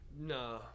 No